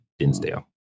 Dinsdale